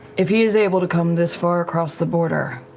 if he is able to come this far across the border,